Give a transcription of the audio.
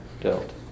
dealt